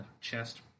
chest